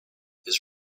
his